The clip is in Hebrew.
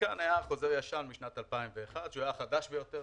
- וכאן היה חוזר ישן משנת 2001, שהוא החדש ביותר,